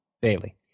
Bailey